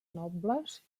nobles